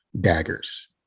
daggers